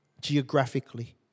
geographically